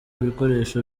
ibikoresho